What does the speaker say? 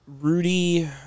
Rudy